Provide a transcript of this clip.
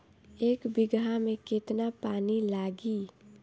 एक बिगहा में केतना पानी लागी?